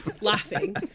laughing